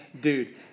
Dude